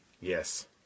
Yes